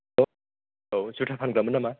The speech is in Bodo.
हेल्ल' औ जुथा फानग्रामोन नामा